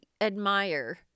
admire